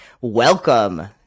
Welcome